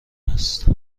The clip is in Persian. است